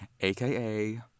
aka